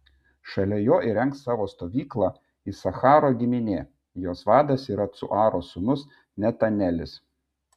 šalia jo įrengs savo stovyklą isacharo giminė jos vadas yra cuaro sūnus netanelis